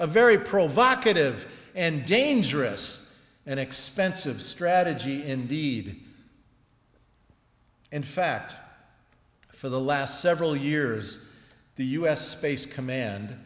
a very provocative and dangerous and expensive strategy indeed in fact for the last several years the u s space command